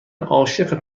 عاشق